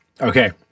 Okay